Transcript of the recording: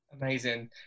Amazing